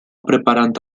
preparant